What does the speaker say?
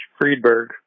Friedberg